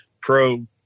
pro